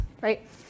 right